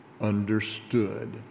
understood